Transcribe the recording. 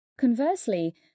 Conversely